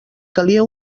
calia